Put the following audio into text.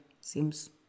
Seems